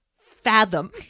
fathom